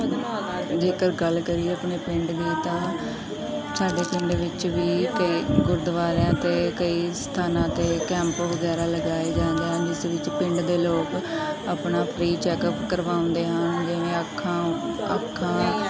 ਜੇਕਰ ਗੱਲ ਕਰੀਏ ਆਪਣੇ ਪਿੰਡ ਦੀ ਤਾਂ ਸਾਡੇ ਪਿੰਡ ਵਿੱਚ ਵੀ ਕਈ ਗੁਰਦੁਆਰਿਆਂ ਅਤੇ ਕਈ ਸਥਾਨਾਂ 'ਤੇ ਕੈਂਪ ਵਗੈਰਾ ਲਗਾਏ ਜਾਂਦੇ ਹਨ ਜਿਸ ਵਿੱਚ ਪਿੰਡ ਦੇ ਲੋਕ ਆਪਣਾ ਫਰੀ ਚੈੱਕਅਪ ਕਰਵਾਉਂਦੇ ਹਨ ਜਿਵੇਂ ਅੱਖਾਂ ਅੱਖਾਂ